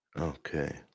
Okay